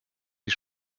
die